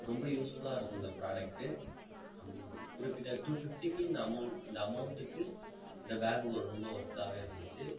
ரொம்ப யூஸ்ஃபுல்லாக இருக்கும் இந்த ப்ராடக்ட்டு குறிப்பிட்ட டூ ஃபிஃப்ட்டிக்கு இந்த அமௌண்ட் இந்த அமௌண்ட்டுக்கு இந்த பேக் ஒரு ரொம்ப வொர்த்தாகவே இருந்துச்சு